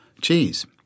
cheese